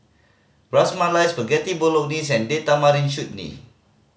Ras Malai Spaghetti Bolognese and Date Tamarind Chutney